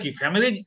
family